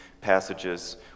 passages